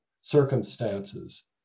circumstances